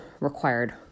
required